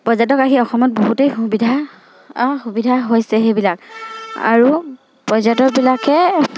পৰ্যটক আহি অসমত বহুতেই সুবিধা হৈছে সেইবিলাক আৰু পৰ্যটকবিলাকে